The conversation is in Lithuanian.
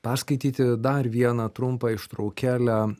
perskaityti dar vieną trumpą ištraukėlę